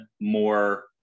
more